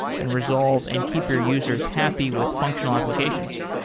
and resolve, and keep your users happy with functional applications.